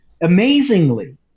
amazingly